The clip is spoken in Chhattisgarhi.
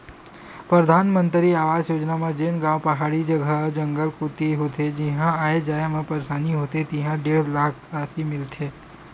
परधानमंतरी आवास योजना म जेन गाँव पहाड़ी जघा, जंगल कोती होथे जिहां आए जाए म परसानी होथे तिहां डेढ़ लाख तक रासि मिलथे